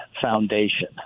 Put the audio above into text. foundation